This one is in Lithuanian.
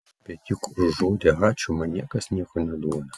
bet juk už žodį ačiū man niekas nieko neduoda